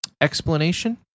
explanation